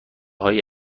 هایی